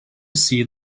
see